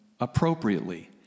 appropriately